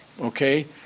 okay